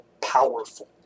powerful